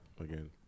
again